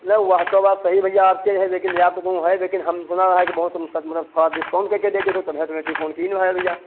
नहीं वह तो बात सही भैया आपके है लेकिन या तो कौनु है लेकिन हम सुना है कि बहुत थोड़ा डिस्काउंट कइ के दे देत हो तभै तुम्हे इसलिए फ़ोन किहिन भैया